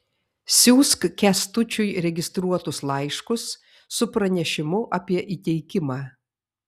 siųsk kęstučiui registruotus laiškus su pranešimu apie įteikimą